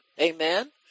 Amen